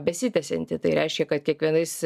besitęsianti tai reiškia kad kiekvienais